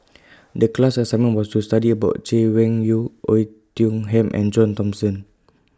The class assignment was to study about Chay Weng Yew Oei Tiong Ham and John Thomson